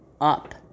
up